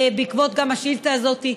גם בעקבות השאילתה הזאת,